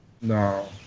No